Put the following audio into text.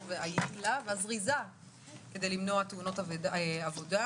היעילה והזריזה ביותר כדי למנוע תאונות עבודה.